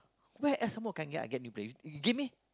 where else some more can get I get new players you give me